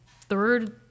third